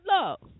love